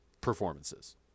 performances